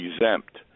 exempt